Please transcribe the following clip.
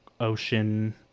ocean